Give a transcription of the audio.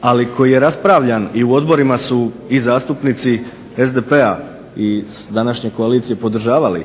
ali koji je raspravljan i u odborima su i zastupnici SDP i današnje koalicije podržavali